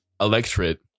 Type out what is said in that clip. electorate